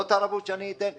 זאת הערבות שאני אתן?